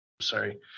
Sorry